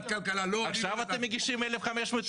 עכשיו אתם מגישים 1,500 הסתייגויות?